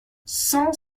cent